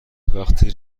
وقتی